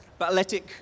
balletic